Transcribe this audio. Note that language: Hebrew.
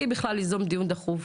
מבלי בכלל ליזום דיון דחוף,